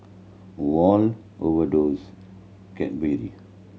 Wall Overdose Cadbury